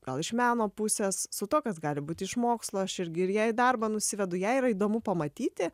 gal iš meno pusės su tuo kas gali būti iš mokslo aš irgi ir ją į darbą nusivedu jai yra įdomu pamatyti